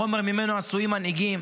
חומר שממנו עשויים מנהיגים,